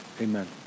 amen